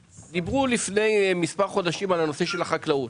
לפני כמה חודשים דיברו על נושא החקלאות.